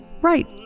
Right